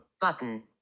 button